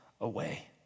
away